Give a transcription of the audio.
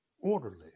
orderly